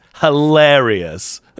hilarious